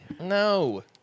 No